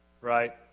right